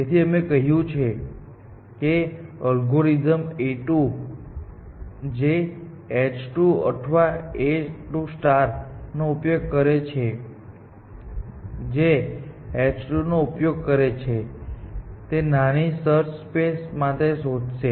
તેથી અમે કહ્યું કે અલ્ગોરિધમ A2 જે h2 અથવા A2 નો ઉપયોગ કરે છે જે h2નો ઉપયોગ કરે છે તે નાની સર્ચ સ્પેસ માં શોધશે